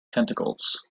tentacles